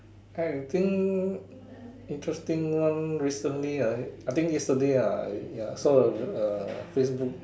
I think interesting one recently I I think yesterday ah I ya saw a a Facebook